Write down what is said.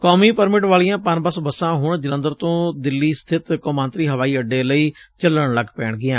ਕੌਮੀ ਪਰਮਿਟ ਵਾਲੀਆਂ ਪਨਬਸ ਬੱਸਾਂ ਹੁਣ ਜਲੰਧਰ ਤੋਂ ਦਿਲੀ ਸਬਿਤ ਕੌਮਾਂਤਰੀ ਹਵਾਈ ਅੱਡੇ ਲਈ ਚਲਣ ਲੱਗ ਪੈਣਗੀਆਂ